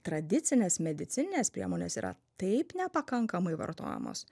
tradicinės medicininės priemonės yra taip nepakankamai vartojamos